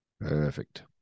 Perfect